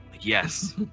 Yes